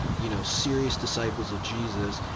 you know, serious disciples of jesus.